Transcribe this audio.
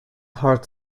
heart